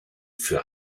für